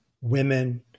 women